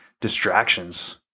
distractions